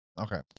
okay